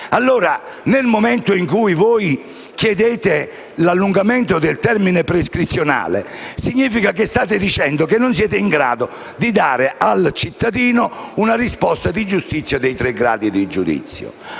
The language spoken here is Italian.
Nel momento in cui voi chiedete l'allungamento del termine prescrizionale significa che state dicendo che non siete in grado di dare al cittadino una risposta di giustizia dei tre gradi di giudizio.